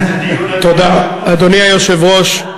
אדוני היושב-ראש,